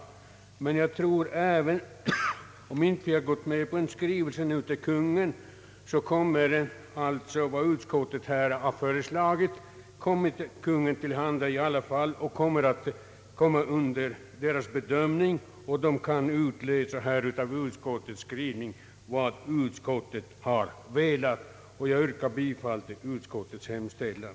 Även om vi nu inte gått med på en skrivelse till Kungl. Maj:t, kommer vad utskottet här föreslagit ändå Kungl. Maj:t till handa, och rege ringen kan utläsa av utskottets skrivning vad utskottet velat. Jag yrkar bifall till utskottets hemställan.